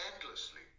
endlessly